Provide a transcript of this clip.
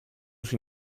sui